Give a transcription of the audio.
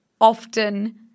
often